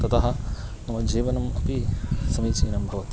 ततः मम जीवनम् अपि समीचीनं भवति